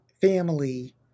family